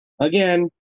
again